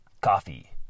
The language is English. coffee